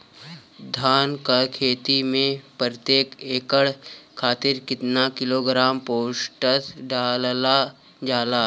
धान क खेती में प्रत्येक एकड़ खातिर कितना किलोग्राम पोटाश डालल जाला?